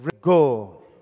Go